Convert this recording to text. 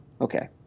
Okay